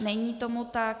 Není tomu tak.